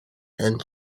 and